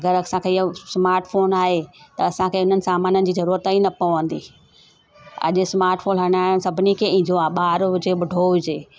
अगरि असांखे इअ स्माट फोन आहे त असांखे इननि सामाननि जी जरूरत ई न पवंदी अॼु स्माट फोन हलाइण सभिनी खे ईंदो आहे ॿार हुजे ॿुढो हुजे